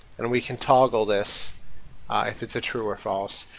and we can toggle this if it's a true or false.